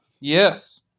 Yes